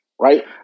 right